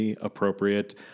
appropriate